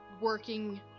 working